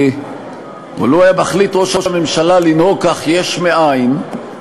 או לו החליט ראש הממשלה לנהוג כך יש מאין,